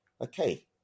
Okay